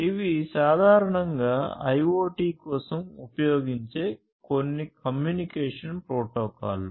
ఇవి సాధారణంగా IoT కోసం ఉపయోగించే కొన్ని కమ్యూనికేషన్ ప్రోటోకాల్లు